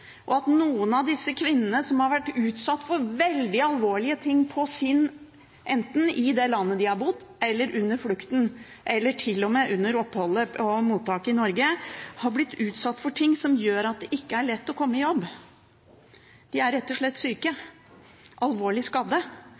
og at noen av disse kvinnene har vært utsatt for veldig alvorlige ting – enten i det landet de har bodd i, under flukten eller til og med under oppholdet på mottak i Norge – som gjør at det ikke er lett å komme i jobb. De er rett og slett syke, alvorlig skadde,